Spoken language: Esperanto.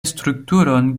strukturon